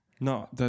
No